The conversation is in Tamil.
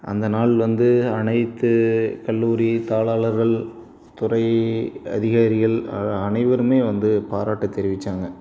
அந்த நாள் வந்து அனைத்து கல்லூரி தாளாளர்கள் துறை அதிகாரிகள் அனைவருமே வந்து பாராட்டு தெரிவித்தாங்க